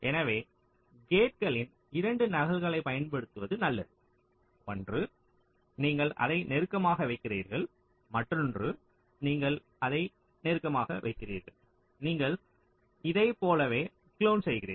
எனவே கேட்களின் 2 நகல்களைப் பயன்படுத்துவது நல்லது ஒன்று நீங்கள் அதை நெருக்கமாக வைக்கிறீர்கள் மற்றொன்று நீங்கள் அதை நெருக்கமாக வைக்கிறீர்கள் நீங்கள் அதைப் போலவே குளோன் செய்கிறீர்கள்